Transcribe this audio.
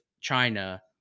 china